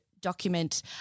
document